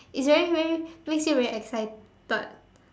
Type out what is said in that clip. it's very very makes you very excited